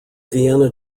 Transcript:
vienna